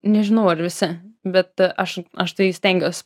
nežinau ar visi bet aš aš tai stengiuosi